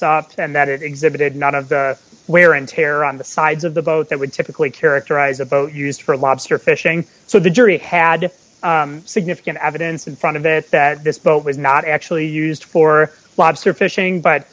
stopped and that it exhibited none of the wear and tear on the sides of the boat that would typically characterize a boat used for lobster fishing so the jury had significant evidence in front of it that this boat was not actually used for lobster fishing but